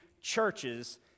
churches